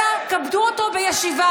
אנא, כבדו אותו בישיבה.